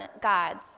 God's